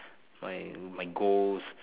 my my goals